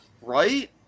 Right